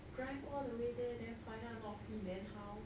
drive all the way there then find out not free then how